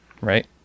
right